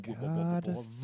God